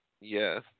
Yes